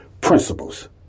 Principles